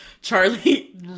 Charlie